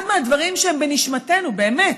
אחד מהדברים שהם בנשמתנו, באמת: